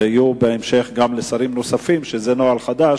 ויהיו בהמשך גם לשרים נוספים, זה נוהל חדש.